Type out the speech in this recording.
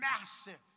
massive